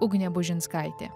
ugnė bužinskaitė